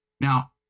Now